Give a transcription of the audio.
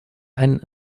ein